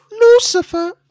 Lucifer